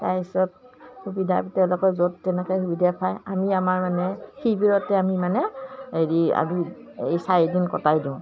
তাৰ পিছত সুবিধা তেওঁলোকে য'ত তেনেকৈ সুবিধা পায় আমি আমাৰ মানে শিবিৰতে আমি মানে হেৰি আমি এই চাৰিদিন কটাই দিওঁ